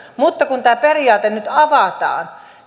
mutta kun tämä periaate nyt avataan